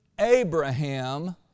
Abraham